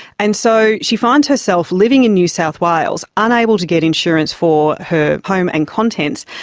and so she finds herself living in new south wales, unable to get insurance for her home and contents,